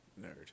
nerd